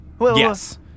Yes